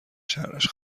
شرش